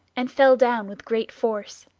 and fell down with great force.